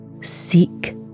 Seek